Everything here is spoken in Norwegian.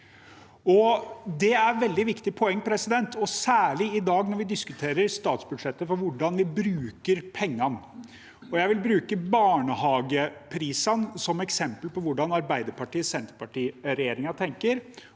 Det er et veldig viktig poeng, særlig i dag, når vi diskuterer statsbudsjettet og hvordan vi bruker pengene. Jeg vil bruke barnehageprisene som eksempel på hvordan Arbeiderparti–Senterparti-regjeringen tenker.